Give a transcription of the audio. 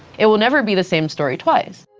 it will never be the same story twice.